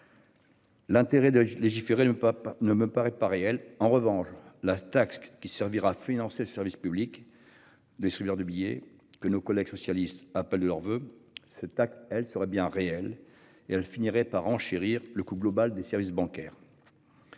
L'intérêt de légiférer. Le pape ne me paraît pas réel. En revanche, la taxe qui servira à financer le service public. Distributeurs de billets que nos collègues socialistes appellent de leurs voeux. Cette taxe elle serait bien réelle et elle finirait pas renchérir le coût global des services bancaires.